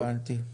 הבנתי.